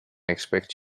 expect